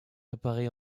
préparées